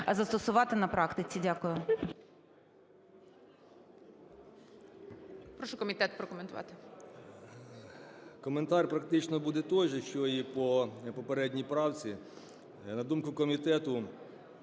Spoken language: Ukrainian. це застосувати на практиці? Дякую.